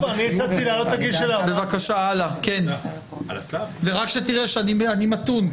רק שתראה שאני מתון,